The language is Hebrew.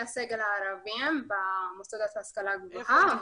הסגל הערבים במוסדות להשכלה גבוהה.